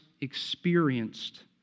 experienced